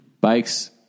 Bikes